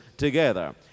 together